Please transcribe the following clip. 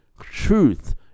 truth